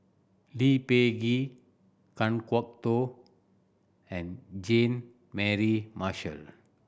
Lee Peh Gee Kan Kwok Toh and Jean Mary Marshall